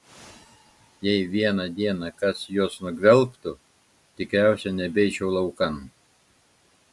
jei vieną dieną kas juos nugvelbtų tikriausiai nebeičiau laukan